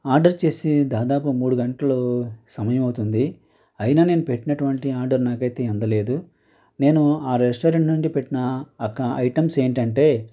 order చేసి దాదాపు మూడు గంటలు సమయం అవుతుంది అయినా నేను పెట్టినటువంటి ఆర్డర్ నాకైతే అందలేదు నేను ఆ రెస్టారెంట్ నుండి పెట్టిన ఆ ఒక్క ఐటమ్స్ ఏంటంటే